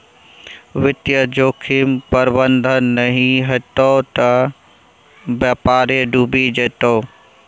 वित्तीय जोखिम प्रबंधन नहि हेतौ त बेपारे डुबि जेतौ